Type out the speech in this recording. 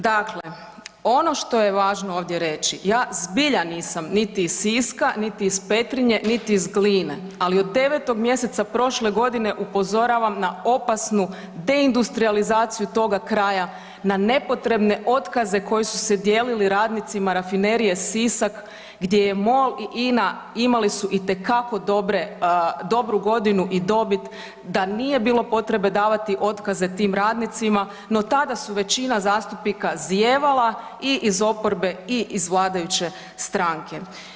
Dakle, ono što je važno ovdje reći ja zbilja nisam niti iz Siska, niti iz Petrinje, niti iz Gline, ali od 9. mjeseca prošle godine upozoravam na opasnu deindustrijalizaciju toga kraja na nepotrebne otkaze koji su se dijelili radnicima Rafinerije Sisak gdje je MOL i INA imali su itekako dobru godinu i dobit da nije bilo potrebe davati otkaze tim radnicima, no tada su većina zastupnika zijevala i iz oporbe i iz vladajuće stranke.